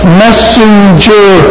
messenger